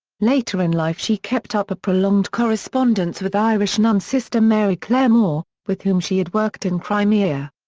later in life she kept up a prolonged correspondence with irish nun sister mary clare moore, with whom she had worked in crimea.